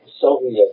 Soviet